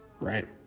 right